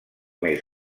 més